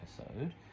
episode